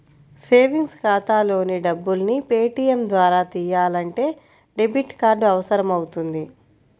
savings ఖాతాలోని డబ్బుల్ని ATM ద్వారా తియ్యాలంటే డెబిట్ కార్డు అవసరమవుతుంది